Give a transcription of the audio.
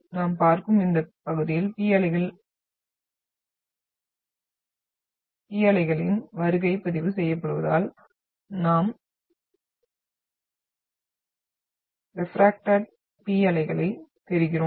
நாம் பார்க்கும் இந்த பகுதியில் P அலைகளின் வருகை பதிவு செய்யப்படுவதால் தான் நாம் ரெப்ரக்டட் P அலைகளைப் பெறுகிறோம்